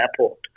Airport